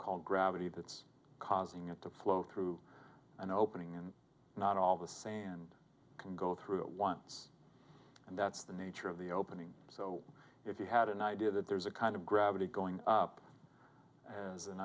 called gravity that's causing it to flow through an opening and not all the same and can go through it once and that's the nature of the opening so if you had an idea that there's a kind of gravity going up as an